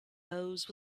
hose